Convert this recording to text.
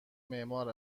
معمار